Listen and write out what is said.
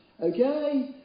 Okay